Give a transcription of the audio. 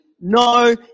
no